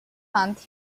month